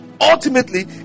Ultimately